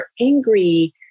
angry